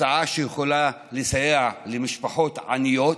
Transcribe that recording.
הצעה שיכולה לסייע למשפחות עניות,